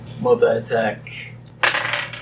Multi-attack